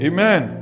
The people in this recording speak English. Amen